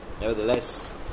nevertheless